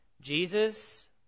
Jesus